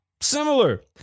similar